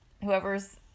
whoever's